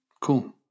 cool